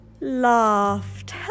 laughed